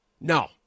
No